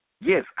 Yes